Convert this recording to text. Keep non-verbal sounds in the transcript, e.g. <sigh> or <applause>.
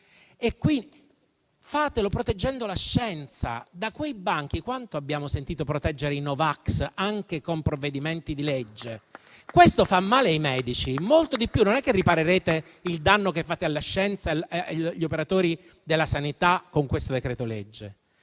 pagati; fatelo proteggendo la scienza: da quei banchi quanto abbiamo sentito proteggere i no-vax anche con provvedimenti di legge? <applause> Questo fa male ai medici molto di più. Non è che riparerete il danno che fate alla scienza e gli operatori della sanità con questo decreto-legge.